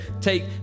take